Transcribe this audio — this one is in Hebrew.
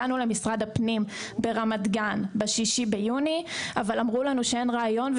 הגענו למשרד הפנים ברמת גן בתאריך ה-6 ביוני אבל אמרו לנו שאין ראיון,